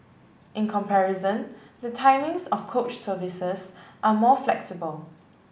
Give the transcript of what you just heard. in comparison the timings of coach services are more flexible